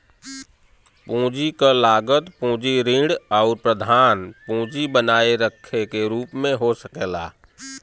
पूंजी क लागत पूंजी ऋण आउर प्रधान पूंजी बनाए रखे के रूप में हो सकला